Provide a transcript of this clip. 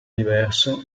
diverso